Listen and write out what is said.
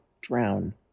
drown